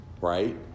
Right